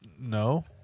no